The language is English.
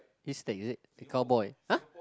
haystack is it the cowboy !huh!